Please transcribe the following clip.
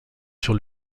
sur